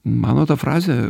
mano ta frazė